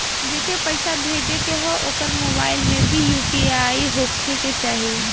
जेके पैसा भेजे के ह ओकरे मोबाइल मे भी यू.पी.आई होखे के चाही?